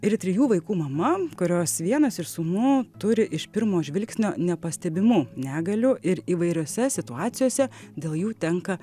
ir trijų vaikų mama kurios vienas iš sūnų turi iš pirmo žvilgsnio nepastebimų negalių ir įvairiose situacijose dėl jų tenka